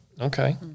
Okay